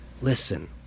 listen